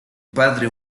padre